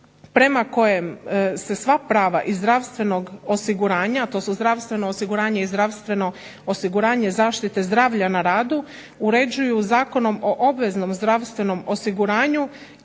prema kojem se sva prava iz zdravstvenog osiguranja, a to su zdravstveno osiguranje i zdravstveno osiguranje zaštite zdravlja na radu, uređuju Zakonom o obveznom zdravstvenom osiguranju